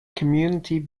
community